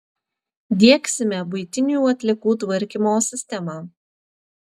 diegsime buitinių atliekų tvarkymo sistemą